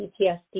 PTSD